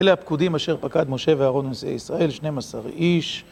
אלה הפקודים אשר פקד משה ואהרון נשיאי ישראל, 12 איש.